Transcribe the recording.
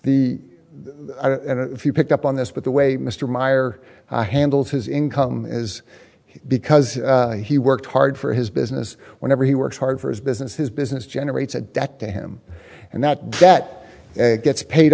e pick up on this but the way mr meyer i handled his income is because he worked hard for his business whenever he works hard for his business his business generates a debt to him and that that gets paid